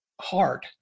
hard